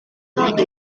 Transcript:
química